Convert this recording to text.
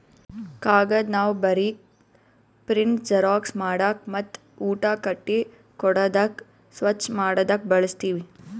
ಕಾಗದ್ ನಾವ್ ಬರೀಕ್, ಪ್ರಿಂಟ್, ಜೆರಾಕ್ಸ್ ಮಾಡಕ್ ಮತ್ತ್ ಊಟ ಕಟ್ಟಿ ಕೊಡಾದಕ್ ಸ್ವಚ್ಚ್ ಮಾಡದಕ್ ಬಳಸ್ತೀವಿ